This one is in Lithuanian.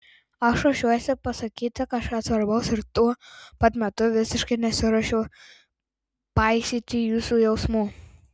aš ruošiuosi pasakyti kažką svarbaus ir tuo pat metu visiškai nesiruošiu paisyti jūsų jausmų